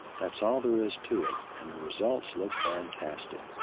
that's all there is to it and the results look fantastic.